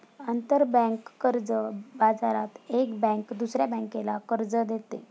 आंतरबँक कर्ज बाजारात एक बँक दुसऱ्या बँकेला कर्ज देते